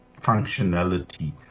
functionality